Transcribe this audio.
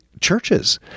churches